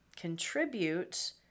contribute